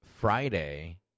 Friday